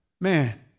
man